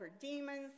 demons